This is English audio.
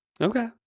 okay